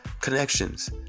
connections